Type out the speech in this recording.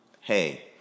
hey